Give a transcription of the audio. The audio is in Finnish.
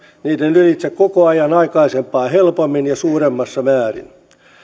niiden ylitse koko ajan aikaisempaa helpommin ja suuremmassa määrin